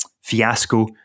fiasco